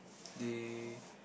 they